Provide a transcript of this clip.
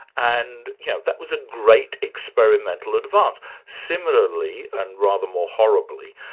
and yeah that was a great experimental advance. similarly, and rather more horribly,